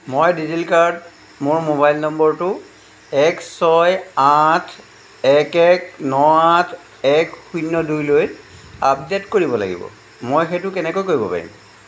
মই ডিজিলকাৰত মোৰ মোবাইল নম্বৰটো এক ছয় আঠ এক এক ন আঠ এক শূন্য দুইলৈ আপডেট কৰিব লাগিব মই সেইটো কেনেকৈ কৰিব পাৰিম